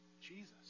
Jesus